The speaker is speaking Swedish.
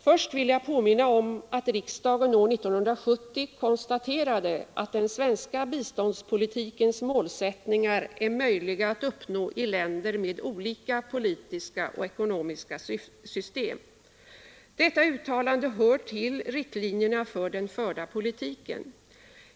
Först vill jag påminna om att riksdagen år 1970 konstaterade att den svenska biståndspolitikens målsättningar är möjliga att uppnå i länder med olika politiska och ekonomiska system. Detta uttalande hör till riktlinjerna för den förda politiken.